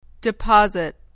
Deposit